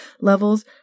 levels